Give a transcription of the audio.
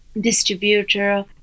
distributor